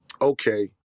okay